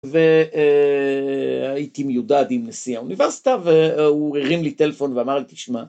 והייתי מיודד עם נשיא האוניברסיטה והוא הרים לי טלפון ואמר לי תשמע